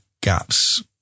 gaps